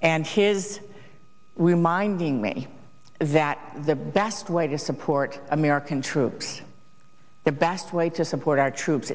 and his reminding me that the best way to support american troops the best way to support our troops